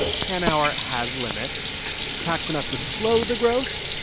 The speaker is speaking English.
hanauer has limits tax enough to slow the growth,